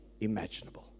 imaginable